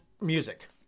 music